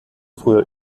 früher